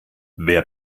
wer